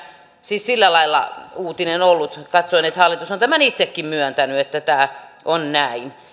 siis sillä lailla uutinen ollut katsoin että hallitus on tämän itsekin myöntänyt että tämä on näin